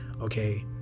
okay